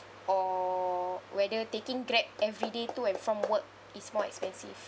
or whether taking Grab every day to and from work is more expensive